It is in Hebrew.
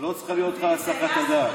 שלא צריכה להיות לך הסחת הדעת.